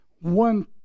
one